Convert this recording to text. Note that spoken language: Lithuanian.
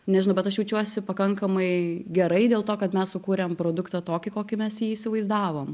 nežinau bet aš jaučiuosi pakankamai gerai dėl to kad mes sukūrėm produktą tokį kokį mes jį įsivaizdavom